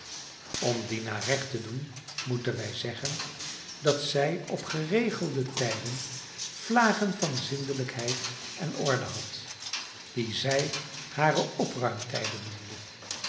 om dina recht te doen moeten wij zeggen dat zij op geregelde tijden vlagen van zindelijkheid en orde had die zij hare opruimtijden noemde